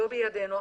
לא בידנו,